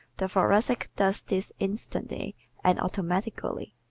the thoracic does this instantly and automatically.